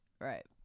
Right